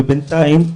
בינתיים,